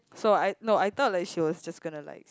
so I no I thought like she was just gonna like